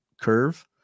curve